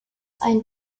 ein